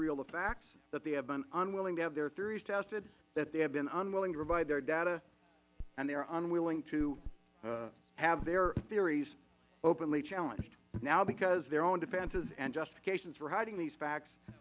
reveal the facts that they have been unwilling to have their theories tested that they have been unwilling to provide their data and they are unwilling to have their theories openly challenged now because their own defenses and justifications for hiding these facts